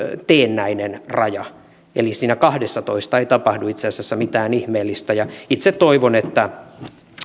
teennäinen raja eli siinä kahdessatoista ei tapahdu itse asiassa mitään ihmeellistä itse toivon että